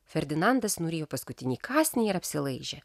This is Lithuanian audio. ferdinandas nurijo paskutinį kąsnį ir apsilaižė